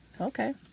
Okay